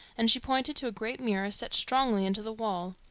and she pointed to a great mirror set strongly into the wall.